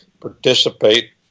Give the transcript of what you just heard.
participate